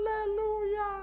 Hallelujah